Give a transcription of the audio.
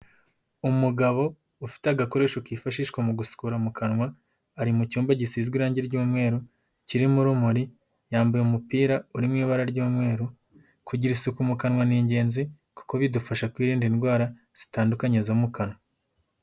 Umugabo ufite agakoresho kifashishwa mu gusukura mu kanwa, ari mu cyumba gisizwe irange ry'umweru, kiririmo urumuri, yambaye umupira uri mu ibara ry'umweru, kugira isuku mu kanwa ni ingenzi kuko bidufasha kwirinda indwara zitandukanye zo mu kanwa.